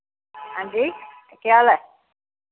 हां जी केह् हाल ऐ